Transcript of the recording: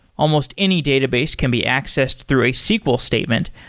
almost any database can be accessed through a sql statement,